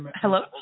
hello